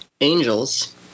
angels